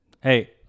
hey